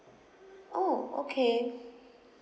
orh okay